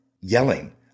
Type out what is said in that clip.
yelling